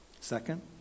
Second